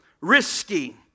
risky